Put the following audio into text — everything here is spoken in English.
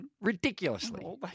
Ridiculously